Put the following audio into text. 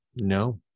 no